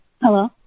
Hello